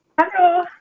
Hello